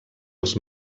els